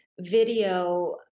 video